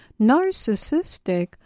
narcissistic